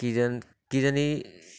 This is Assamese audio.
কেইজন কেইজনী